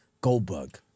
Goldberg